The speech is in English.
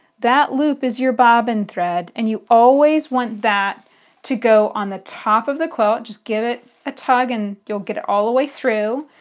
that loop is your bobbin thread. and you always want that to go on the top of the quilt. just give it a tug and you'll get it all the way through,